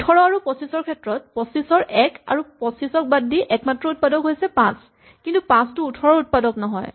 ১৮ আৰু ২৫ ৰ ক্ষেত্ৰত ২৫ ৰ ১ আৰু ২৫ ক বাদ দি একমাত্ৰ উৎপাদক হৈছে ৫ কিন্তু ৫ টো ১৮ ৰ উৎপাদক নহয়